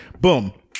boom